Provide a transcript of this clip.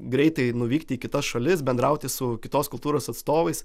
greitai nuvykti į kitas šalis bendrauti su kitos kultūros atstovais